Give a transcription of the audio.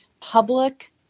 public